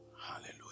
Hallelujah